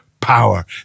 power